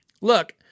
Look